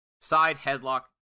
side-headlock